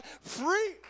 free